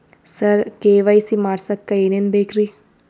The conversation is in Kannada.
ಸರ ಕೆ.ವೈ.ಸಿ ಮಾಡಸಕ್ಕ ಎನೆನ ಬೇಕ್ರಿ?